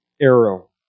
arrow